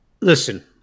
listen